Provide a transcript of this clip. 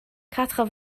quatre